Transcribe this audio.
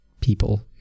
people